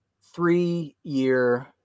Three-year